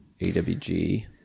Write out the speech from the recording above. AWG